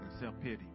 self-pity